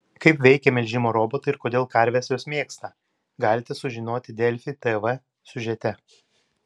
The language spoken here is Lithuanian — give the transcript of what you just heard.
kaip veikia melžimo robotai ir kodėl karves juos mėgsta galite sužinoti delfi tv siužete